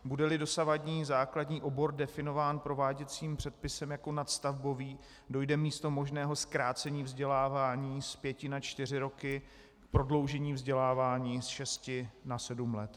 Budeli dosavadní základní obor definován prováděcím předpisem jako nadstavbový, dojde místo možného zkrácení vzdělávání z pěti na čtyři roky k prodloužení vzdělávání z šesti na sedm let.